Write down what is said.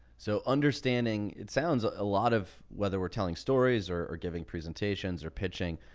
so understanding it sounds a ah lot of whether we're telling stories or or giving presentations or pitching,